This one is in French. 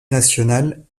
nationale